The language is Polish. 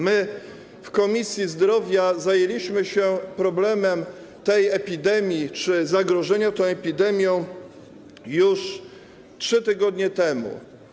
My w Komisji Zdrowia zajęliśmy się problemem tej epidemii czy zagrożenia tą epidemią już 3 tygodnie temu.